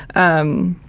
um,